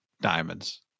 diamonds